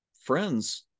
friend's